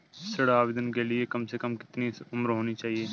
ऋण आवेदन के लिए कम से कम कितनी उम्र होनी चाहिए?